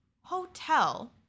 hotel